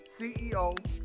CEO